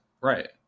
Right